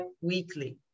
weekly